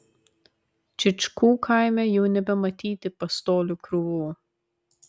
čyčkų kaime jau nebematyti pastolių krūvų